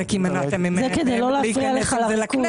זה כי מנעת מהם עם זה להיכנס לכנסת.